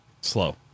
Slow